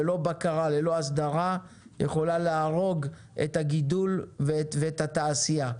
ללא בקרה והסדרה יכולה להרוג את הגידול ואת התעשייה.